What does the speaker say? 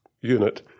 unit